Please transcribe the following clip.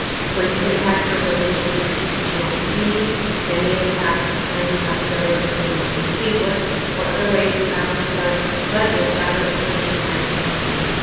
it's going to impact her ability to be the teacher. she wants to be an may impact the time we have together as a family. please look for other ways to balance the budget budget rather than punishing high school teachers.